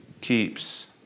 keeps